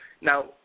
Now